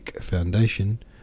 foundation